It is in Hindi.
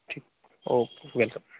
ठीक ओके वेलकम